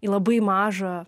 į labai mažą